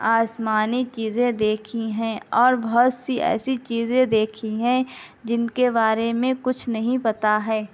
آسمانی چیزیں دیکھی ہیں اور بہت سی ایسی چیزیں دیکھی ہیں جن کے بارے میں کچھ نہیں پتا ہے